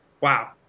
Wow